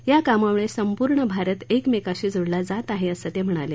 या कामामुळे संपूर्ण भारत एकमेकाशी जोडला जात आहे असं ते म्हणाले